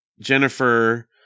Jennifer